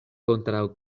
kontraŭ